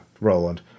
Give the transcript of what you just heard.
Roland